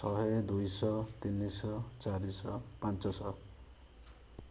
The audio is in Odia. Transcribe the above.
ଶହେ ଦୁଇଶହ ତିନିଶହ ଚାରିଶହ ପାଞ୍ଚଶହ